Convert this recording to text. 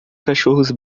cachorros